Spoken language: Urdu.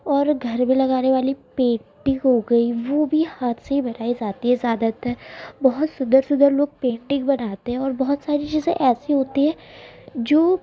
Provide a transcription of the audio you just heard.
اور گھر میں لگانے والی پیٹی ہو گئی وہ بھی ہاتھ سے بنائی زاتی ہے زیادہ تر بہت سندر سندر لوگ پینٹنگ بناتے ہیں اور بہت ساری چیزیں ایسی ہوتی ہے جو